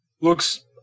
looks